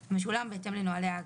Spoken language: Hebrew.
נכות "המשולם בהתאם לנוהלי האגף,